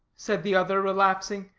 said the other, relapsing.